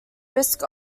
risk